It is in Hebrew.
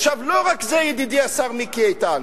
עכשיו, לא רק זה, ידידי השר מיקי איתן.